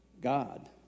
God